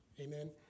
Amen